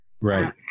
Right